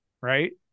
right